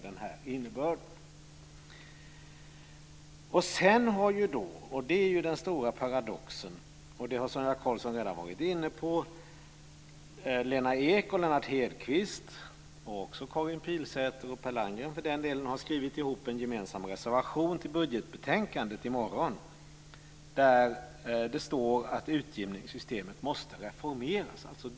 Den stora paradoxen är sedan - och det har Sonia Karlsson redan varit inne på - att Lena Ek, Lennart Hedquist, Karin Pilsäter och Per Landgren har skrivit en gemensam reservation till morgondagens budgetbetänkande, där det står att utjämningssystemet måste reformeras.